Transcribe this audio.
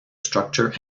structure